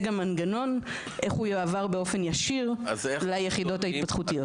גם מנגנון לאיך הוא יועבר באופן ישיר ליחידות ההתפתחותיות.